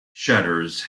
shutters